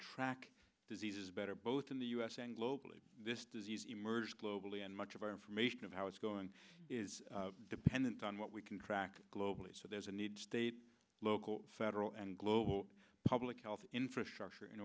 track diseases better both in the u s and globally this disease emerged globally and much of our information of how it's going is dependent on what we can track globally so there's a need state local federal and global public health infrastructure in